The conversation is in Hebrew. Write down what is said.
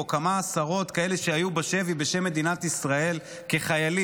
כמה עשרות כאלה שהיו בשבי בשם מדינת ישראל כחיילים?